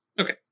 Okay